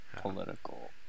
political